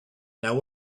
what